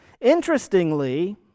Interestingly